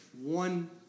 one